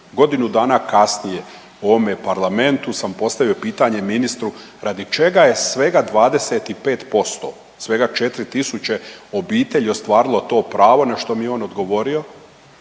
Godinu dana kasnije u ovome parlamentu sam postavio pitanje ministru radi čega je svega 25%, svega 4 tisuće obitelji ostvarilo to pravo na što mi je on odgovorio